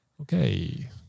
Okay